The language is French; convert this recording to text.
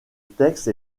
texte